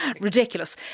ridiculous